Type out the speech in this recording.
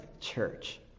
church